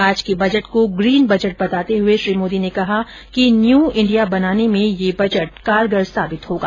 आज के बजट को ग्रीन बजट बताते हुए श्री मोदी ने कहा कि न्यू इंडिया बनाने में ये बजट अहम साबित होगा